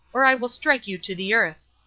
or i will strike you to the earth.